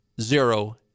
zero